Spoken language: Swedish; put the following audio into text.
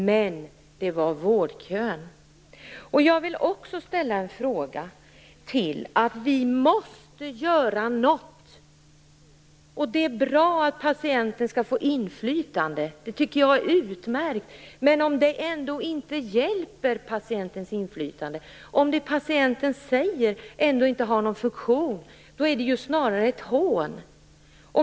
Men det handlade om vårdkön. Vi måste göra någonting. Det är bra att patienten skall få inflytande. Det är utmärkt. Men om patientens inflytande ändå inte hjälper, om det patienten säger ändå inte har någon funktion, är det snarare ett hån.